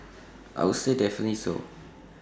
I would say definitely so